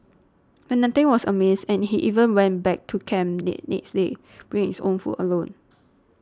but nothing was amiss and he even went back to camp the next day bringing his own food alone